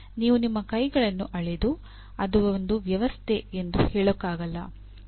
ನೀವು ನಿಮ್ಮ ಕೈಗಳನ್ನು ಅಲೆದು ಅದು ಒಂದು ವ್ಯವಸ್ಥೆ ಎಂದು ಹೇಳೋಕ್ಕಾಗಲ್ಲ